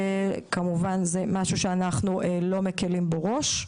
זה משהו שאנחנו לא מקלים בו ראש.